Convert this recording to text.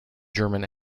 german